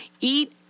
eat